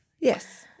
yes